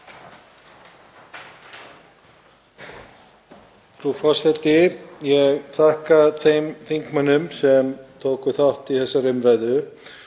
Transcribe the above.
Frú forseti. Ég þakka þeim þingmönnum sem tóku þátt í þessari umræðu.